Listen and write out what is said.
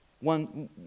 One